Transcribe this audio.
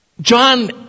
John